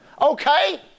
Okay